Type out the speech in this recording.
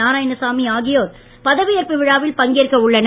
நாராயணசாமி ஆகியோர் பதவியேற்பு விழாவில் பங்கேற்க உள்ளனர்